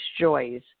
joys